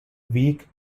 week